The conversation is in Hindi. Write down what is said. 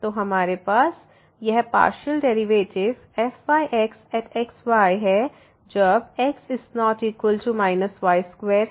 तो हमारे पास यह पार्शियल डेरिवेटिव fyxxy है जब x≠ y2 है